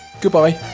goodbye